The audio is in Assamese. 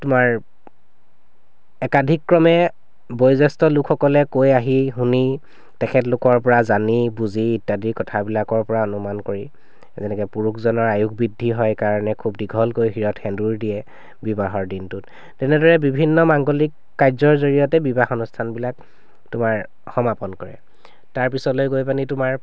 তোমাৰ একাদিক্ৰমে বয়োজ্যেষ্ঠ লোকসকলে কৈ আহি শুনি তেখেতলোকৰ পৰা জানি বুজি ইত্যাদি কথাবিলাকৰ পৰা অনুমাণ কৰি যেনেকৈ পুৰুষজনৰ আয়ুস বৃদ্ধি হয় কাৰণে খুব দীঘলকৈ শিৰত সেন্দুৰ দিয়ে বিবাহৰ দিনটোত তেনেদৰে বিভিন্ন মাংগলিক কাৰ্যৰ জড়িয়তে বিবাহ অনুষ্ঠানবিলাক তোমাক সমাপন কৰে তাৰ পিছলৈ গৈ পেনি তোমাৰ